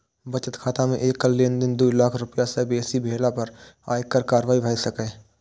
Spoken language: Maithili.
बचत खाता मे एकल लेनदेन दू लाख रुपैया सं बेसी भेला पर आयकर कार्रवाई भए सकैए